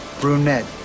Brunette